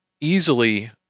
easily